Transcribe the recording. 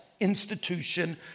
Institution